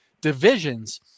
divisions